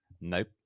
Nope